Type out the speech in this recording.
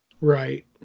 Right